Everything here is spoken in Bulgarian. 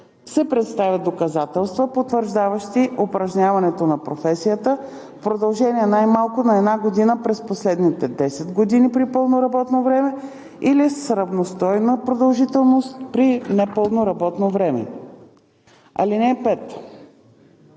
се представят доказателства, потвърждаващи упражняването на професията в продължение най-малко на една година през последните десет години – при пълно работно време, или с равностойна продължителност – при непълно работно време. (5)